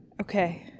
Okay